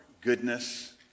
goodness